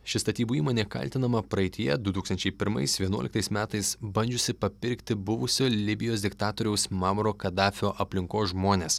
ši statybų įmonė kaltinama praeityje du tūkstančiai pirmais vienuoliktais metais bandžiusi papirkti buvusio libijos diktatoriaus mamro kadafio aplinkos žmones